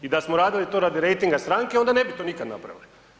I da smo to radili radi rejtinga stranke onda ne bi to nikada napravili.